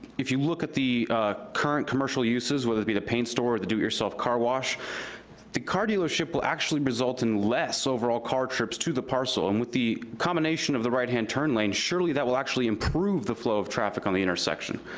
if you look at the current commercial uses, whether it be the paint store or the do it yourself car wash the car dealership will actually result in less overall car trips to the parcel. and with the combination of the right hand turn lane, surely that will actually improve the flow of traffic on the intersection.